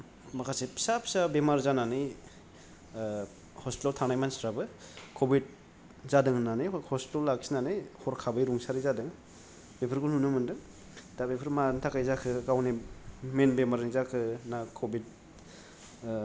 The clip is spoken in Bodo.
माखासे फिसा फिसा बेमार जानानै हस्पिटालाव थानाय मानसिफ्राबो कभिद जादों होन्नानै हस्पिटालाव लाखिनानै हरखाबै रुंसारि जादों